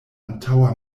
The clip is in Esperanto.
antaŭa